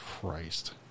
Christ